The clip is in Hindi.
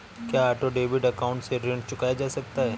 क्या ऑटो डेबिट अकाउंट से ऋण चुकाया जा सकता है?